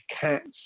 cats